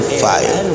fire